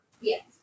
Yes